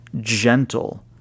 gentle